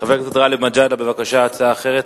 חבר הכנסת גאלב מג'אדלה, בבקשה, הצעה אחרת.